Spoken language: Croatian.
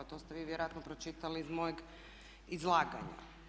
To ste vi vjerojatno pročitali iz mojeg izlaganja.